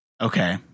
Okay